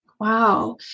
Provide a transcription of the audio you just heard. Wow